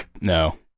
no